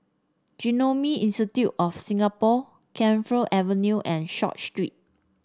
Genome Institute of Singapore Camphor Avenue and Short Street